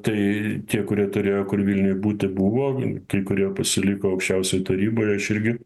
tai tie kurie turėjo kur vilniuj būti buvo kai kurie pasiliko aukščiausioj taryboj aš irgi